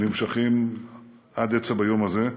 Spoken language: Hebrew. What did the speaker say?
שנמשכים עד עצם היום הזה.